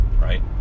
right